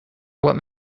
what